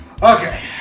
Okay